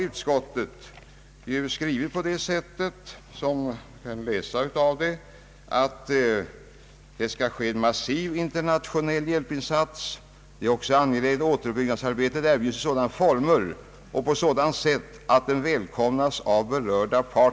Utskottet har ju skrivit att en massiv internationell hjälpinsats skall göras och att det är angeläget att återuppbyggnadshjälp erbjudes i sådana former och på sådant sätt att den välkomnas av berörda parter.